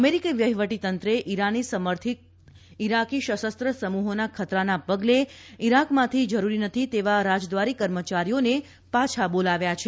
અમેરિકી વહિવટીતંત્રે ઈરાની સમર્થિત ઈરાકી સશ્ન સમૂહોના ખતરાના પગલે ઈરાકમાંથી જરૂરી નથી એવા રાજદ્વારી કર્મચારીઓને પાછા બોલાવ્યા છે